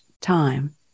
time